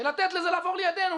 לתת לזה לעבור לידינו,